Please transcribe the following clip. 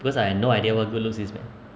because I have no idea what good looks is